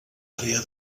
àrea